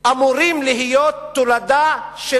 אמורים להיות תולדה של